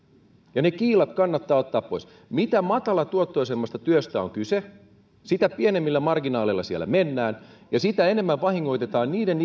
ja ne kiilat kannattaa ottaa pois mitä matalatuottoisemmasta työstä on kyse sitä pienemmillä marginaaleilla siellä mennään ja sitä enemmän vahingoitetaan niiden